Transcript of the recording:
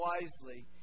wisely